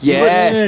Yes